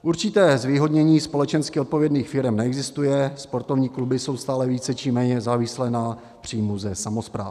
Určité zvýhodnění společensky odpovědných firem neexistuje, sportovní kluby jsou stále více či méně závislé na příjmu ze samospráv.